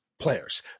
players